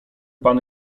pan